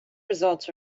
results